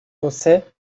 você